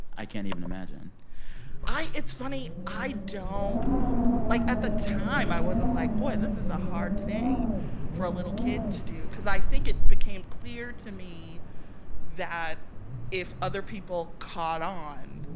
i can't even imagine i it's funny. i don't like, at the time, i wasn't like, boy, this is a hard thing for a little kid to do because i think it became clear to me that if other people caught on,